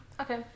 okay